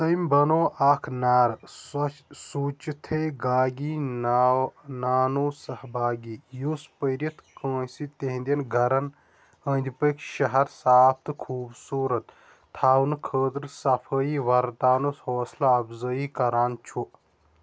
تٔمۍ بنو اکھ نار سۄ سوٗچِتھٕے گاگی ناو نانو سحباگی یُس پٔرِتھ کٲنٛسہِ تِہِنٛدٮ۪ن گرن أنٛدۍ پٔکۍ شہر صاف تہٕ خوٗبصوٗرت تھاونہٕ خٲطرٕ صفٲیی ورتاونس حوصلہٕ اَفضٲیی کران چھُ